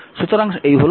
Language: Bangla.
সুতরাং এই হল ধারণা